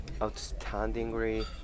outstandingly